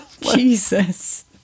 Jesus